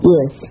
Yes